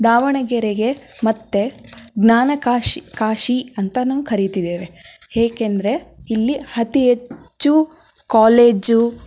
ದಾವಣಗೆರೆಗೆ ಮತ್ತೆ ಜ್ಞಾನ ಕಾಶಿ ಕಾಶಿ ಅಂತಲೂ ಕರೀತಿದ್ದೇವೆ ಏಕೆಂದರೆ ಇಲ್ಲಿ ಅತಿ ಹೆಚ್ಚು ಕಾಲೇಜು